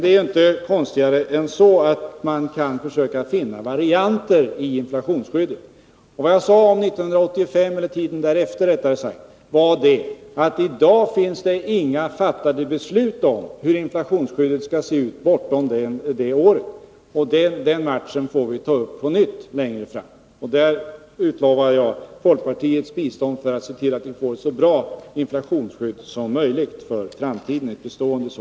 Det är inte konstigare än att man kan försöka finna varianter i inflationsskyddet. Det jag sade om tiden efter 1985 var, att det i dag inte finns några fattade beslut om hur inflationsskyddet skall se ut bortom det året. Den frågan får vi ta upp på nytt längre fram. I den utlovar jag folkpartiets bistånd när det gäller att se till att vi får ett bestående inflationsskydd som är så bra som möjligt för framtiden.